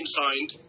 signed